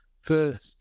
First